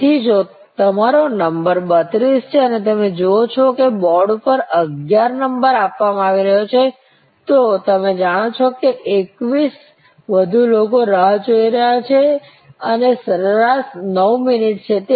તેથી જો તમારો નંબર 32 છે અને તમે જુઓ છો કે બોર્ડ પર 11 નંબર આપવામાં આવી રહ્યો છે તો તમે જાણો છો કે 21 વધુ લોકો રાહ જોઈ રહ્યા છે અને સરેરાશ 9 મિનિટ છે